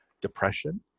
depression